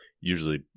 Usually